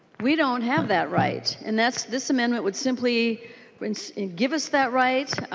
we don't have that right and that this amendment would simply give us that right.